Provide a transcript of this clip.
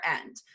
end